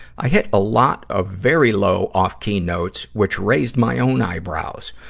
i hit a lot of very low, off-key notes, which raised my own eyebrows.